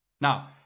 Now